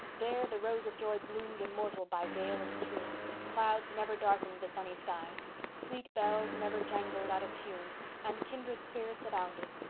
there the rose of joy bloomed immortal by dale and stream clouds never darkened the sunny sky sweet bells never jangled out of tune and kindred spirits abounded.